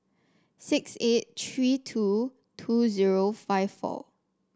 six eight three two two zero five four